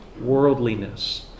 worldliness